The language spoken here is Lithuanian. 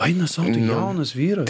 eina sau jaunas vyras